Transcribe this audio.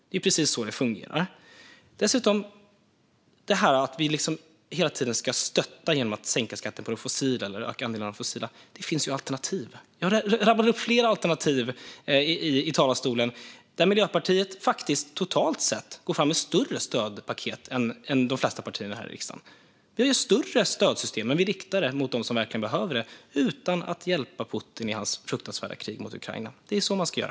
Det är precis så det fungerar. Dessutom finns det ju alternativ till det här med att vi hela tiden ska stötta genom att sänka skatten på det fossila eller öka andelen fossilt. Jag har från talarstolen rabblat upp flera alternativ, och Miljöpartiet går totalt sett faktiskt fram med större stödpaket än de flesta partier här i riksdagen. Vi har större stödsystem, men vi riktar dem mot dem som verkligen behöver stödet utan att hjälpa Putin i hans fruktansvärda krig mot Ukraina. Det är så man ska göra.